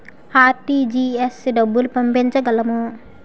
RTGS డబ్బులు పంపించగలము?